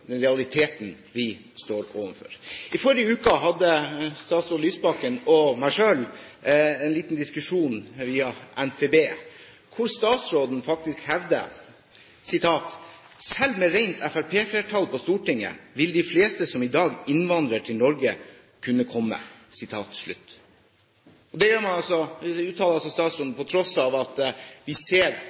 den realiteten vi står overfor. I forrige uke hadde statsråd Lysbakken og jeg en liten diskusjon via NTB hvor statsråden faktisk hevder: «Selv med rent Frp-flertall på Stortinget ville de fleste som i dag innvandrer til Norge kunnet komme.» Dette uttales av statsråden på tross av at vi ser